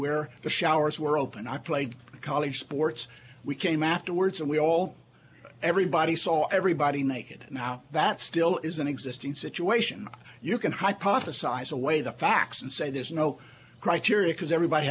where the showers were open i played college sports we came afterwards and we all everybody saw everybody naked now that still is an existing situation you can hypothesize away the facts and say there's no criteria because everybody